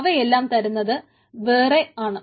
അവയെല്ലാം തരുന്നത് വേറെ ആണ്